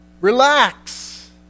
Relax